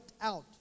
out